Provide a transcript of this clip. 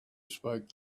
spoke